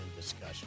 discussion